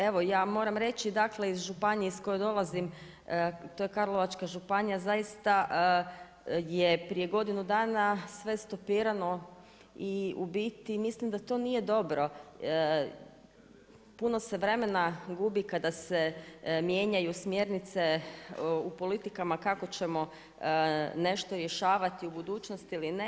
Evo, ja moram reći, dakle, iz županije iz koje dolazim to je Karlovačka županija zaista je prije godinu dana sve sve stopirano i u biti mislim da to nije dobro, puno se vremena gubi kada se mijenjaju smjernice u politikama kako ćemo nešto rješavati u budućnosti ili ne.